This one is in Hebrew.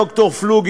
ד"ר פלוג,